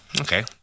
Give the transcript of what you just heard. okay